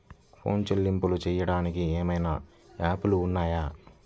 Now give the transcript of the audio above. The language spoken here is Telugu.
ఫోన్ చెల్లింపులు చెయ్యటానికి ఏవైనా యాప్లు ఉన్నాయా?